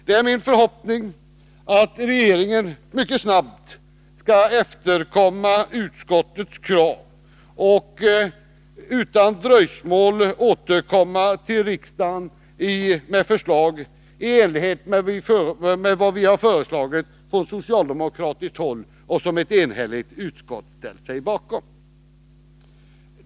Det är min förhoppning att regeringen mycket snabbt skall efterkomma utskottets krav och utan dröjsmål återkomma till riksdagen med förslag i enlighet med vad vi förordat från socialdemokratiskt håll och som ett enhälligt utskott ställt sig bakom.